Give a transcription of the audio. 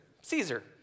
Caesar